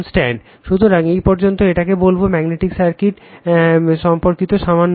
সুতরাং এই পর্যন্ত এটাকে বলবো ম্যাগনেটিক সার্কিট সম্পর্কীত সামান্য কিছু